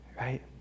right